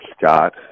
Scott